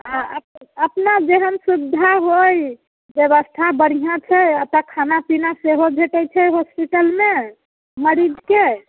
हँ अपन अपना जेहन सुविधा व्यवस्था होय व्यवस्था बढ़िआँ छै एतऽ खाना पीना सेहो भेटैत छै होस्पिटलमे मरीजके